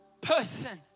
person